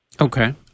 Okay